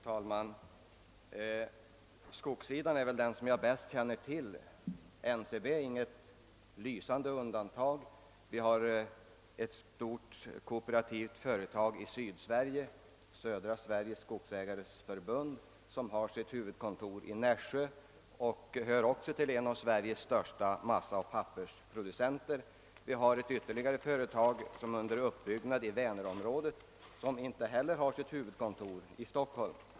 Herr talman! Skogssidan är den som jag bäst känner till och jag vill säga att NCB är inget undantag. I Sydsverige finns ett stort kooperativt företag, Södra Sveriges skogsägares förbund, som har sitt huvudkontor i Växjö och som är en av Sveriges största massaoch pappersproducenter. Ytterligare ett företag, som är under uppbyggnad i Vänerområdet, har inte heller sitt huvudkontor i Stockholm.